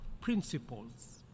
principles